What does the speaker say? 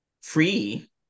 free